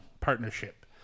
partnership